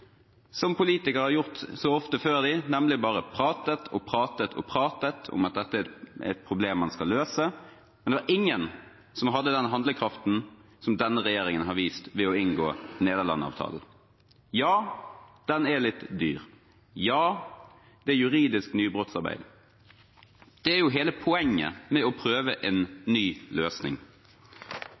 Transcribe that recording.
som politikere har gjort så ofte før dem, nemlig bare pratet og pratet og pratet om at dette er et problem man skal løse, men det var ingen som hadde den handlekraften som denne regjeringen har vist ved å inngå Nederland-avtalen. Ja, den er litt dyr. Ja, det er juridisk nybrottsarbeid. Det er jo hele poenget med å prøve en ny løsning.